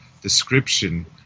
description